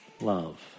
Love